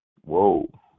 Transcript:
Whoa